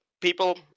People